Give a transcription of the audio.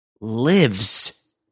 lives